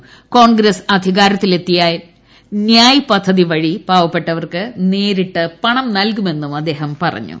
്കോൺഗ്രസ് അധികാരത്തിലെത്തിയാൽ ന്യായ് പദ്ധതി വഴി പാവപ്പെട്ടവർക്ക് നോരിട്ട് പണം നൽകുമെന്നും അദ്ദേഹം പറഞ്ഞു